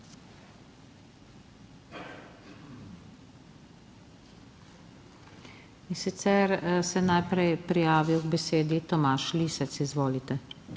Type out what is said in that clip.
In sicer se je najprej prijavil k besedi Tomaž Lisec, izvolite.